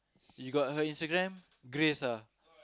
you got her Instagram Grace ah